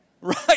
Right